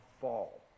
fall